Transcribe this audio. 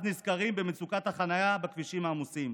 נזכרים במצוקת החניה בכבישים העמוסים.